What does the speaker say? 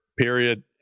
period